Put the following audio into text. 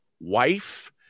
wife